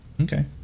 Okay